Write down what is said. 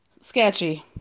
Sketchy